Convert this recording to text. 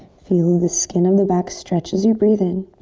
feel the skin of the back stretch as you breathe in.